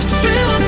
feel